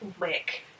Wick